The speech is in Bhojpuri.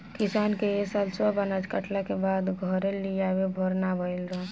किसान के ए साल सब अनाज कटला के बाद घरे लियावे भर ना भईल